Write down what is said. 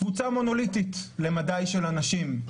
קבוצה מונוליטית למדי של אנשים.